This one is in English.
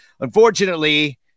unfortunately